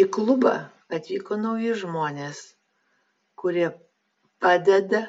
į klubą atvyko nauji žmonės kurie padeda